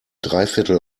dreiviertel